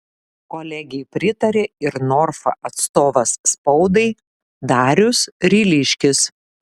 kolegei pritarė ir norfa atstovas spaudai darius ryliškis